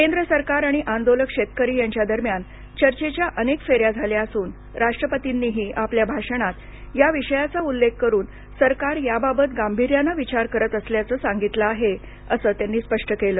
केंद्रसरकार आणि आंदोलक शेतकरी यांच्या दरम्यान चर्वेच्या अनेक फेऱ्या झाल्या असून राष्ट्रपर्तींनीही आपल्या भाषणात या विषयाचा उल्लेख करून सरकार याबाबत गांभीर्यानं विचार करत असल्याचं सांगितलं आहे असं त्यांनी स्पष्ट केलं